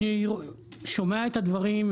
אני שומע את הדברים,